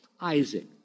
Isaac